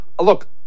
look